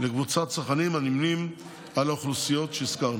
לקבוצת צרכנים הנמנים עם האוכלוסיות שהזכרנו.